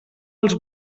els